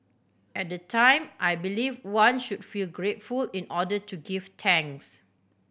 at the time I believe one should feel grateful in order to give tanks